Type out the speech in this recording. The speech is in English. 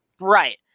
Right